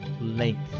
length